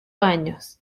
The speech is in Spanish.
años